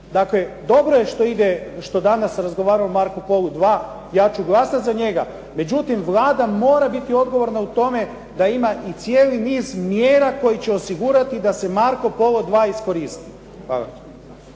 Dakle, dobro je što danas razgovaramo o "Marcu Polu II". Ja ću glasati za njega. Međutim Vlada mora biti odgovorna u tome da ima i cijeli niz mjera koje će osigurati da se "Marco Polo II" iskoristi.